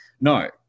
no